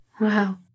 Wow